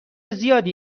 زیادی